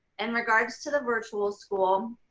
in regards to the virtual school,